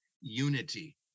unity